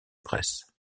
presse